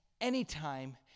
Anytime